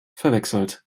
verwechselt